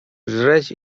żreć